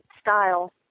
style